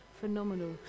Phenomenal